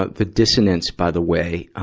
ah the dissonance, by the way.